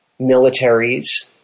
militaries